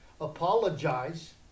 Apologize